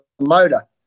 motor